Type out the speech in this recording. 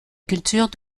cultures